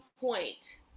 point